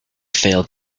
failed